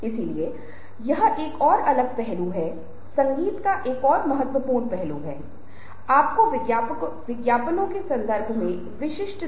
आप देखते हैं कि हमने पहले ही संक्रमण के बारे में बात की है यहाँ कुछ चीजें हैं जिन्हें आपको ध्यान में रखने की ज़रूरत है जब आप सुनने से बोलने पर स्विच कर रहे हैं